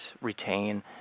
retain